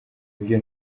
byo